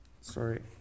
Sorry